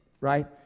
right